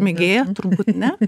mėgėja turbūt ne